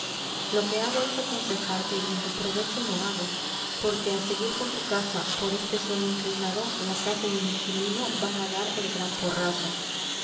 lo que hago es aconsejarte y en t u provecho lo hago porque á seguir con tu casa por este suelo inclinado la casa y el inquilino van á dar el gran porrazo